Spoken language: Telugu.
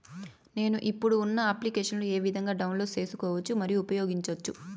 నేను, ఇప్పుడు ఉన్న అప్లికేషన్లు ఏ విధంగా డౌన్లోడ్ సేసుకోవచ్చు మరియు ఉపయోగించొచ్చు?